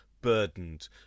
burdened